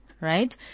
right